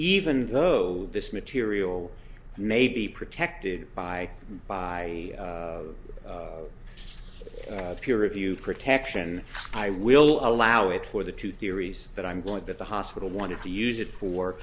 even though this material may be protected by by peer review protection i will allow it for the two theories that i'm going to the hospital wanted to use it for